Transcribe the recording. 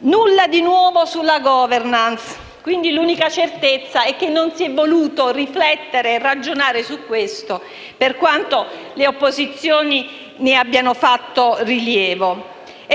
nulla di nuovo sulla *governance*, quindi l'unica certezza è che non si è voluto riflettere e ragionare su questo per quanto le opposizioni ne abbiano fatto rilievo,